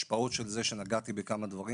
וההשפעות של זה שנגעתי בהן בכמה דברים,